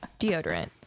deodorant